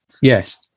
Yes